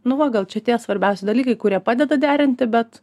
nu va gal čia tie svarbiausi dalykai kurie padeda derinti bet